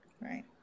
Right